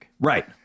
right